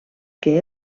que